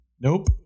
Nope